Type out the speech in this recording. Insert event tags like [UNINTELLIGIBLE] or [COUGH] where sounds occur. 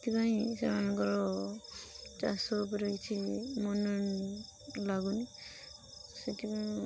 ସେଥିପାଇଁ ସେମାନଙ୍କର ଚାଷ ଉପରେ କିଛି ମନ ଲାଗୁନି ସେ [UNINTELLIGIBLE]